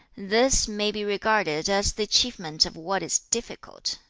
this may be regarded as the achievement of what is difficult.